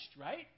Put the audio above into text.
right